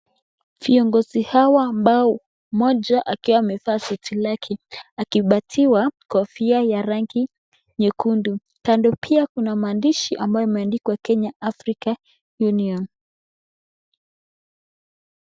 Viongozi hawa ambao mmoja akiwa amevaa suti lake akipatiwa kofia ya rangi nyekundu, kando pia kuna maandishi ambayo imeandikwa Kenya African Union.